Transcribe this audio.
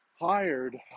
hired